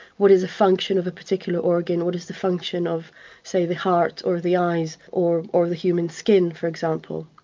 what is the function of a particular organ? what is the function of say the heart, or the eyes, or or the human skin, for example?